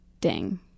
ding